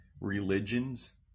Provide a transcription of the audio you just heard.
religions